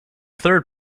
third